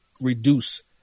reduce